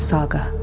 Saga